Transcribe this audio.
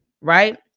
right